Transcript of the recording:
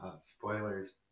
Spoilers